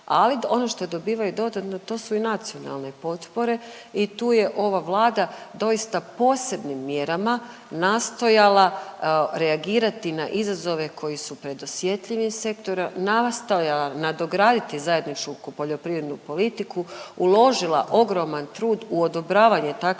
ali ono što dobivaju dodatno, to su i nacionalne potpore i tu je ova Vlada doista posebnim mjerama nastojala reagirati na izazove koji su pred osjetljivim sektorom, nastojala nadograditi zajedničku poljoprivrednu politiku, uložila ogroman trud u odobravanje takvih